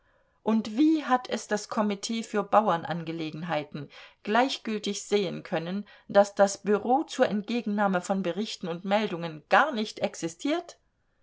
und wie hat es das komitee für bauernangelegenheiten gleichgültig sehen können daß das bureau zur entgegennahme von berichten und meldungen gar nicht existiert